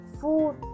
food